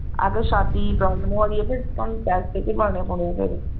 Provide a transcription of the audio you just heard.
अगर शात्ती गी प्रावल्म होआ दी ऐ ते तोआनूं टैस्ट करवाने पौने ऐ